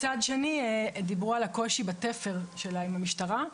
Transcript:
מצד שני דיברו על הקושי בתפר עם המשטרה.